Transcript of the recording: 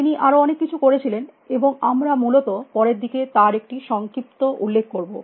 তিনি আরো অনেক কিছু করে ছিলেন এবং আমরা মূলত পরের দিকে তার একটি সংক্ষিপ্ত উল্লেখ করব